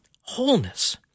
wholeness